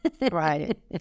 Right